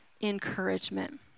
encouragement